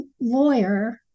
lawyer